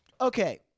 Okay